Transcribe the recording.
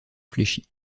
fléchit